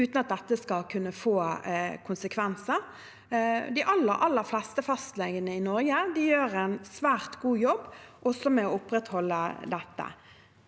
uten at det får konsekvenser. De aller, aller fleste fastlegene i Norge gjør en svært god jobb, også med å opprettholde dette.